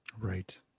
Right